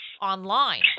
online